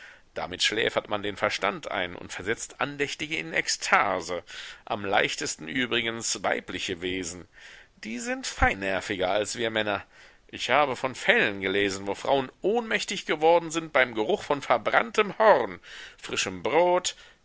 damit schläfert man den verstand ein und versetzt andächtige in ekstase am leichtesten übrigens weibliche wesen die sind feinnerviger als wir männer ich habe von fällen gelesen wo frauen ohnmächtig geworden sind beim geruch von verbranntem horn frischem brot